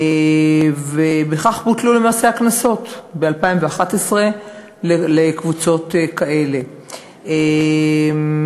ובכך בוטלו למעשה הקנסות לקבוצות כאלה ב-2011.